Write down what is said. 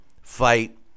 fight